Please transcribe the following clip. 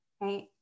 Right